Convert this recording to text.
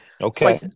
Okay